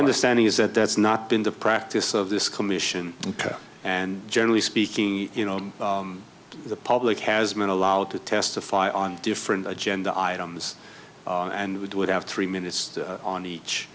understanding is that that's not been the practice of this commission and generally speaking you know the public has meant allowed to testify on different agenda items and would have three minutes on